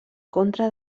contra